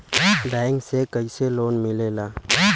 Bank से कइसे loan मिलेला?